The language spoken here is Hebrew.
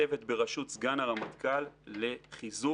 צוות בראשות סגן הרמטכ"ל לחיזור